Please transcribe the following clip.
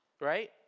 right